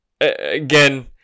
again